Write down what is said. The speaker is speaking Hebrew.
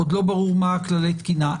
עוד לא ברור מה כללי התקינה,